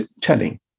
telling